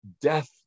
death